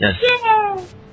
Yes